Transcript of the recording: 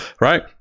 right